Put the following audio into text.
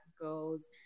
goes